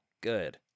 Good